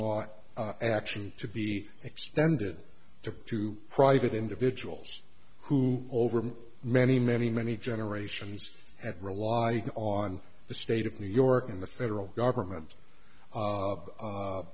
law action to be extended to two private individuals who over many many many generations at rely on the state of new york in the federal government